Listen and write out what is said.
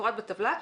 כמפורט בטבלה,